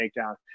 takedown